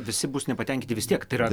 visi bus nepatenkinti vis tiek tai yra